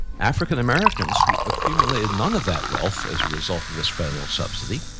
african americans who accumulated none of that wealth, as a result of this federal subsidy,